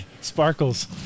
Sparkles